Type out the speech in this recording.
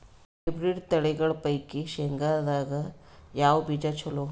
Hybrid ತಳಿಗಳ ಪೈಕಿ ಶೇಂಗದಾಗ ಯಾವ ಬೀಜ ಚಲೋ?